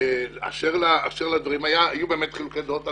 אשר לדברים, היו חילוקי דעות.